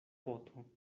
poto